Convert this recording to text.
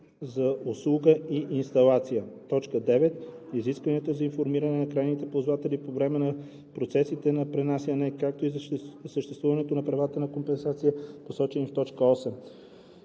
за услуга и инсталация; 9. изисквания за информиране на крайните ползватели по време на процесите на пренасяне, както и за съществуването на правата на компенсация, посочени в т. 8.“